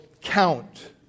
count